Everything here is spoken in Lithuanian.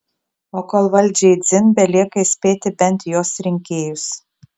o kol valdžiai dzin belieka įspėti bent jos rinkėjus